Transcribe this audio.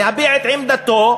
להביע את עמדתו,